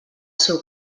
seu